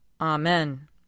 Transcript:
Amen